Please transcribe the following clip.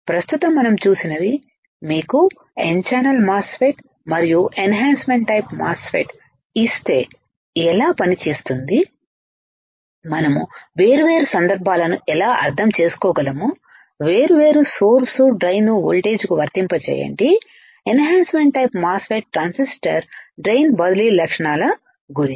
ప్రస్తుతం మనం చూసినవి మీకు n ఛానెల్ మాస్ ఫెట్ మరియు ఎన్హాన్సమెంట్ ట్టైపు మాస్ ఫెట్ ఇస్తే ఎలా పనిచేస్తుంది మనం వేర్వేరు సందర్భాలను ఎలా అర్థం చేసుకోగలంవేర్వేరు సోర్స్ డ్రైన్ వోల్టేజ్కు వర్తింపజేయండి enhancement type MOSFET transistor drain బదిలీ లక్షణాల గురించి